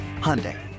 Hyundai